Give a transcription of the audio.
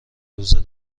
روز